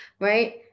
right